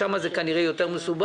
שם כנראה זה יותר מסובך,